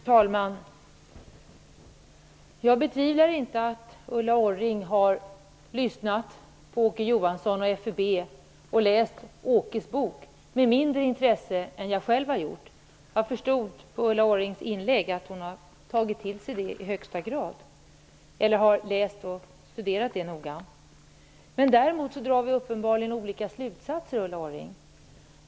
Herr talman! Jag betvivlar inte att Ulla Orring har lyssnat på Åke Johansson och FUB och läst Åkes bok med lika stort intresse som jag själv har gjort. Jag förstod av Ulla Orrings inlägg att hon har läst och studerat den noga, men vi drar uppenbarligen olika slutsatser.